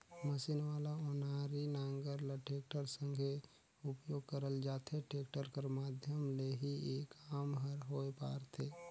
machine वाला ओनारी नांगर ल टेक्टर संघे उपियोग करल जाथे, टेक्टर कर माध्यम ले ही ए काम हर होए पारथे